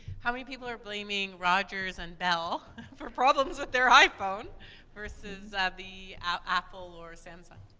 how many people are blaming rogers and bell for problems with their iphone versus, ah, the a apple or samsung?